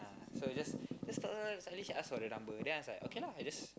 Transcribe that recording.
so is just just talk then suddenly she ask for the number then I'm like okay lah I just